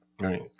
Right